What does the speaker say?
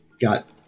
got